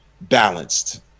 balanced